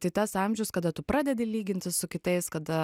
tai tas amžius kada tu pradedi lygintis su kitais kada